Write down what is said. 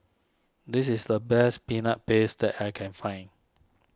this is the best Peanut Paste that I can find